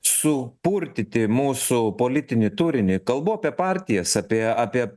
supurtyti mūsų politinį turinį kalbu apie partijas apie apie